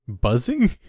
buzzing